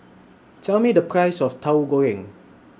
Tell Me The Price of Tahu Goreng